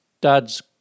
dad's